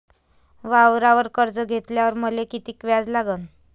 वावरावर कर्ज घेतल्यावर मले कितीक व्याज लागन?